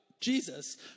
Jesus